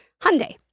Hyundai